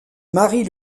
marie